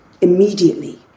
immediately